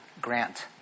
Grant